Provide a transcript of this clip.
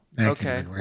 Okay